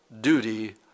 duty